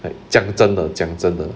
讲真的讲真的